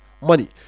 money